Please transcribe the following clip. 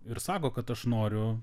ir sako kad aš noriu